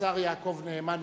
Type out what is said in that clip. השר יעקב נאמן.